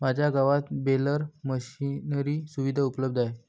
माझ्या गावात baler machinery सुविधा उपलब्ध आहे